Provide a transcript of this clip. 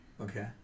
Okay